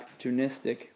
opportunistic